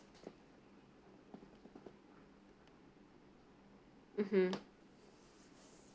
mmhmm